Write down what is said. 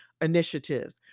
initiatives